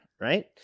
Right